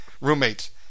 roommates